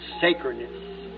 sacredness